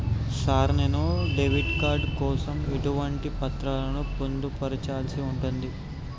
Sir నేను debit card కోసం ఎటువంటి పత్రాలను పొందుపర్చాల్సి ఉంటది?